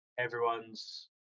everyone's